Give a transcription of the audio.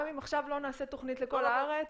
גם אם עכשיו לא נעשה תוכנית לכל הארץ,